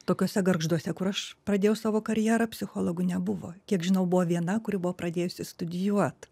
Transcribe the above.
tokiuose gargžduose kur aš pradėjau savo karjerą psichologų nebuvo kiek žinau buvo viena kuri buvo pradėjusi studijuot